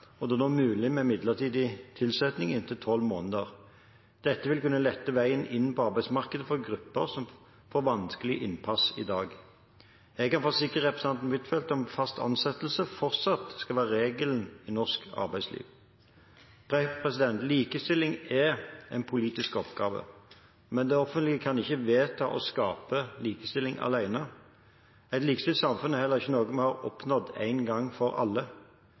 og det er nå mulig med midlertidig tilsetting i inntil tolv måneder. Dette vil kunne lette veien inn på arbeidsmarkedet for grupper som vanskelig får innpass i dag. Jeg kan forsikre representanten Huitfeldt om at fast ansettelse fortsatt skal være regelen i norsk arbeidsliv. Likestilling er en politisk oppgave, men det offentlige kan ikke vedta eller skape likestilling alene. Et likestilt samfunn er heller ikke noe vi har oppnådd én gang for alle.